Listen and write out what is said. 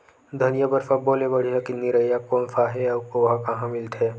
धनिया बर सब्बो ले बढ़िया निरैया कोन सा हे आऊ ओहा कहां मिलथे?